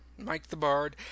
MikeTheBard